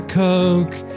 coke